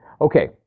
Okay